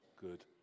Good